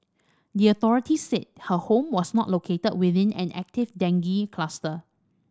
the authorities said her home was not located within an active dengue cluster